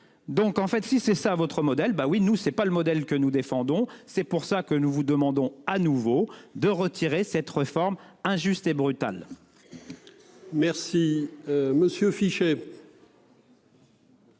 Donc en fait si c'est ça votre modèle ben oui nous c'est pas le modèle que nous défendons. C'est pour ça que nous vous demandons à nouveau de retirer cette réforme injuste et brutale. Merci. Monsieur. Merci